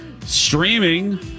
streaming